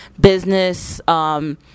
business